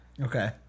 okay